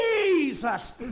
Jesus